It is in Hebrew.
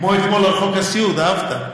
כמו אתמול על חוק הסיעוד, אהבת.